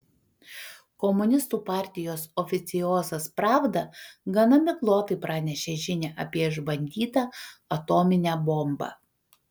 komunistų partijos oficiozas pravda gana miglotai pranešė žinią apie išbandytą atominę bombą